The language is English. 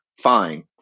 fine